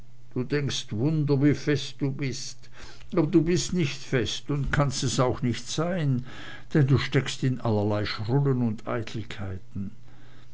du denkst wunder wie fest du bist aber du bist nicht fest und kannst es auch nicht sein denn du steckst in allerlei schrullen und eitelkeiten